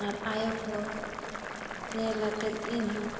ᱟᱨ ᱟᱭᱚ ᱠᱚ ᱧᱮᱞ ᱟᱛᱮᱫ ᱤᱧ ᱦᱚᱸ